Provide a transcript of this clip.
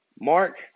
Mark